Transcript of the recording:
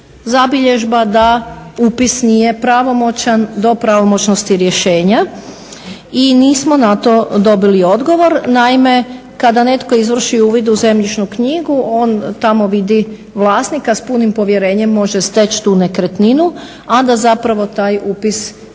zabilježba da upis nije pravomoćan do pravomoćnosti rješenja i nismo na to dobili odgovor. Naime, kada netko izvrši uvid u zemljišnu knjigu on tamo vidi vlasnika s punim povjerenjem može steći tu nekretninu, a da zapravo taj upis nije